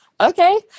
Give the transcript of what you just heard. okay